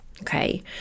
okay